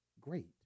great